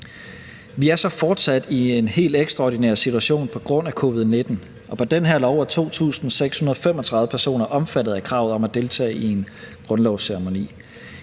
Vi er så fortsat i en helt ekstraordinær situation på grund af covid-19, og på den her lov er 2.635 personer omfattet af kravet om at deltage i en grundlovsceremoni.